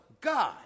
God